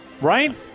right